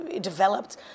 developed